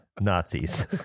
Nazis